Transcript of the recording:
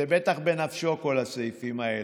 זה בטח בנפשו, כל הסעיפים האלה,